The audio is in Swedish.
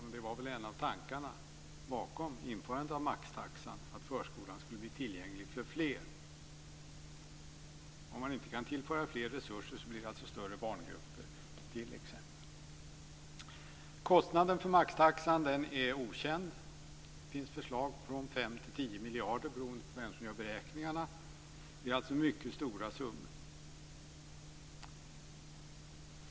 Och det var väl en av tankarna bakom förslaget till införandet av maxtaxan, att förskolan skulle bli tillgänglig för fler? Om man inte kan tillföra mer resurser så blir det alltså t.ex. större barngrupper. Kostnaden för maxtaxan är okänd. Det finns förslag från 5-10 miljarder kronor beroende på vem som gör beräkningarna. Det handlar alltså om mycket stora summor.